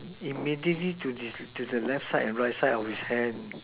immediately to the left side and right side of his hands